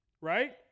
right